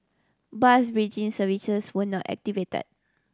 bus bridging services were not activated